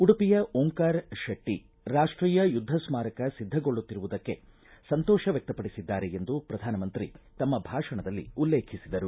ಉಡುಪಿಯ ಓಂಕಾರ ಶೆಟ್ಟಿ ರಾಷ್ಟೀಯ ಯುದ್ಧ ಸ್ಥಾರಕ ಸಿದ್ಧಗೊಳ್ಳುತ್ತಿರುವುದಕ್ಕೆ ಸಂತೋಷ ವ್ಯಕ್ಷಪಡಿಸಿದ್ದಾರೆ ಎಂದು ಪ್ರಧಾನಮಂತ್ರಿ ತಮ್ಮ ಭಾಷಣದಲ್ಲಿ ಉಲ್ಲೇಖಿಸಿದರು